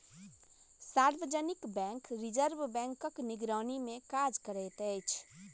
सार्वजनिक bank reserve बैंकक निगरानीमे काज करैत अछि